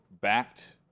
backed